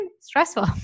stressful